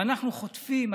ואנחנו חוטפים.